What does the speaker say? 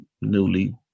newly